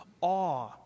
awe